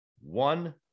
One